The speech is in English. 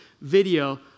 video